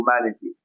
humanity